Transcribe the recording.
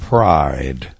Pride